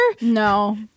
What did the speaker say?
No